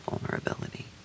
vulnerability